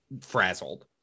frazzled